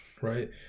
right